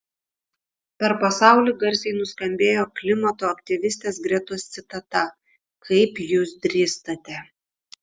per pasaulį garsiai nuskambėjo klimato aktyvistės gretos citata kaip jūs drįstate